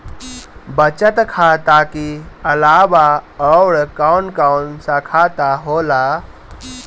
बचत खाता कि अलावा और कौन कौन सा खाता होला?